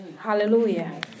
Hallelujah